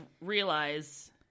realize